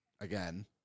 again